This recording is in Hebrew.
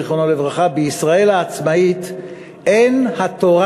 זיכרונו לברכה: "בישראל העצמאית אין התורה